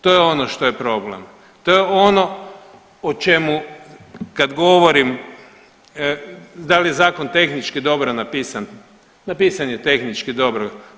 To je ono što je problem, to je ono o čemu kad govorim da li je zakon tehnički dobro napisan, napisan je tehnički dobro.